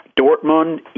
Dortmund